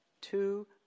two